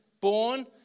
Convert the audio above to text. Born